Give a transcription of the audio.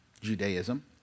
Judaism